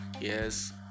Yes